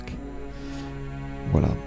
Voilà